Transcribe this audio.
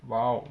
!wow!